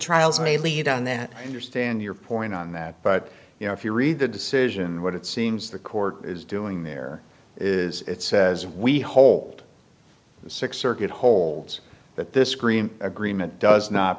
trials may lead on that your stand your point on that but you know if you read the decision what it seems the court is doing there is it says we hold six circuit hold that this green agreement does not